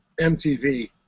MTV